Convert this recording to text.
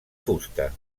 fusta